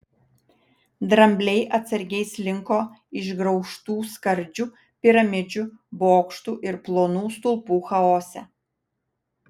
drambliai atsargiai slinko išgraužtų skardžių piramidžių bokštų ir plonų stulpų chaose